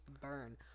burn